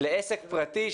לעסק פרטי.